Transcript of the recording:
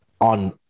on